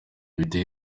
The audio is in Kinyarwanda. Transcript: biteye